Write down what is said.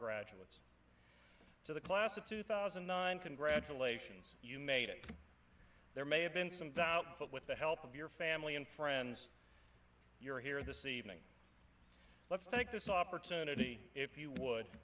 graduates to the class of two thousand and nine congratulations you made it there may have been some doubt but with the help of your family and friends you're here this evening let's take this opportunity if you would